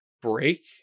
break